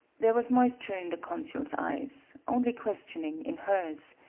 there was moisture in the consul's eyes, only questioning in hers.